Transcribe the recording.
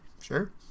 sure